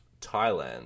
Thailand